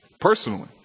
personally